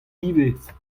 ivez